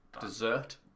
Dessert